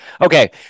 okay